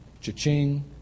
cha-ching